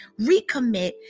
recommit